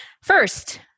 First